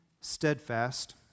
steadfast